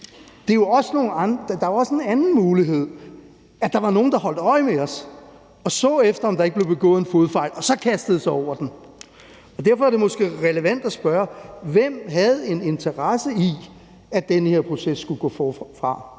er jo også en anden mulighed, nemlig at der var nogen, der holdt øje med os og så efter, om der ikke blev begået en fodfejl, og så kastede sig over den. Derfor er det måske relevant at spørge, hvem der havde en interesse i, at den her proces skulle gå forfra.